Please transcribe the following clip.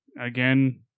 again